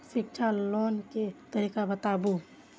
शिक्षा लोन के तरीका बताबू?